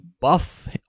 buff